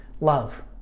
love